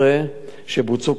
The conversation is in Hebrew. שבוצעו כנגד גברים,